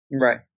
Right